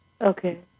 Okay